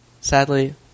Sadly